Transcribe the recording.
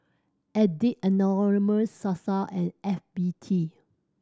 Addict Anonymous Sasa and F B T